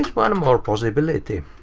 is one more possibility.